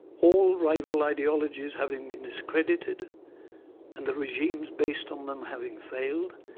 all rival ideologies having been discredited and the regimes based on them having failed,